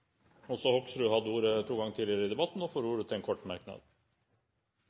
ordet to ganger tidligere i debatten og får ordet til en kort merknad,